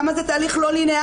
כמה זה תהליך לא ליניארי,